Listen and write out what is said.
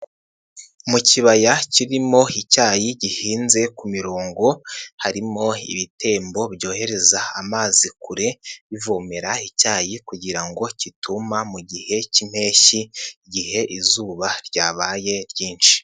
Mu kibaya kirimo icyayi gihinze ku mirongo, harimo ibitembo byohereza amazi kure bivomera icyayi kugira ngo kitumba mu gihe k'impeshyi, igihe izuba ryabaye ryinshi.